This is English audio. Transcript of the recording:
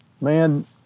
Man